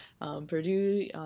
Purdue